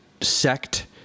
sect